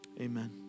Amen